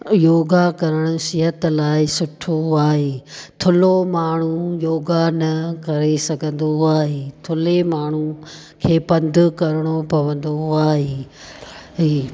योगा करणु सिहत लाइ सुठो आहे थुल्हो माण्हू योगा न करे सघंदो आहे थुल्हे माण्हू खे पंधु करिणो पवंदो आहे हे